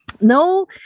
no